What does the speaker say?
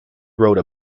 wrote